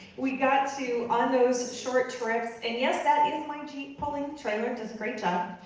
we got to, on those short trips, and yes, that is my jeep pulling the trailer. does a great job.